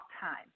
time